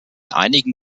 einigen